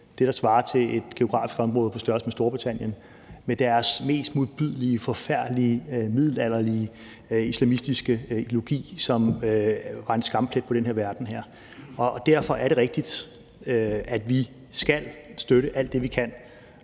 det, der svarer til et geografisk område på størrelse med Storbritannien, med deres mest modbydelige, forfærdelige, middelalderlige islamistiske ideologi, som var en skamplet på den her verden. Derfor er det rigtigt, at vi skal støtte alt det, vi kan,